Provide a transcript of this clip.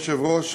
אדוני היושב-ראש,